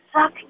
suck